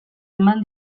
eman